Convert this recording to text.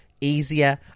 easier